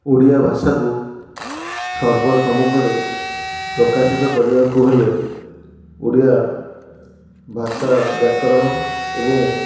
ଓଡ଼ିଆ ଭାଷାକୁ ସର୍ବ ସମ୍ମୁଖରେ ପ୍ରକାଶିତ କରିବାକୁ ହେଲେ ଓଡ଼ିଆ ଭାଷା ବ୍ୟାକରଣ ଏବଂ